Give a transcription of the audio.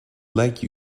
lake